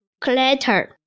clatter